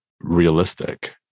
realistic